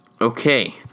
Okay